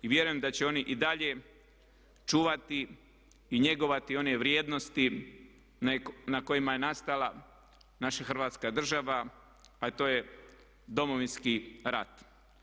I vjerujem da će oni i dalje čuvati i njegovati one vrijednosti na kojima je nastala naša Hrvatska država a to je Domovinski rat.